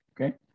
okay